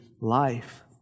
life